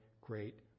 great